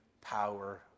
power